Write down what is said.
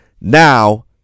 Now